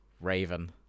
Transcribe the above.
Raven